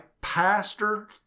Pastor